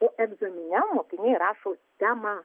o egzamine mokiniai rašo temą